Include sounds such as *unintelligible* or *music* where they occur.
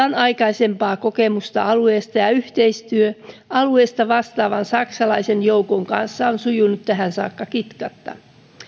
*unintelligible* on aikaisempaa kokemusta alueesta ja yhteistyö alueesta vastaavan saksalaisen joukon kanssa on sujunut tähän saakka kitkatta